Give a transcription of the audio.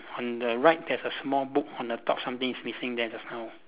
on the right there's a small book on the top something is missing there just now